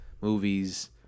movies